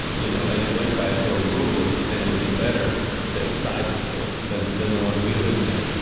you know, and it went by its own rules and it was a better space, cyberspace, then then the one we lived in.